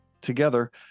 Together